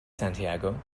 santiago